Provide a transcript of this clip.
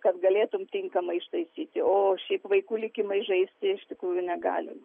kad galėtum tinkamai ištaisyti o šiaip vaikų likimais žaisti iš tikrųjų negalima